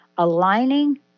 aligning